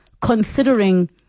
considering